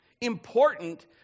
important